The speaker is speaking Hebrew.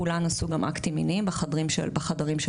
כולן עשו גם אקטים מיניים בחדרים של ה-V.I.P.